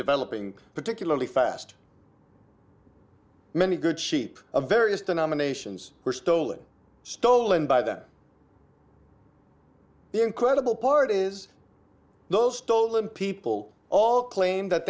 developing particularly fast many good sheep of various denominations were stolen stolen by that the incredible part is those stolen people all claim that